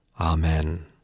Amen